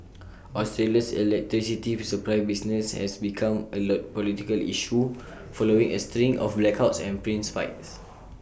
Australia's electricity supply business has becomes A lot political issue following A string of blackouts and price spikes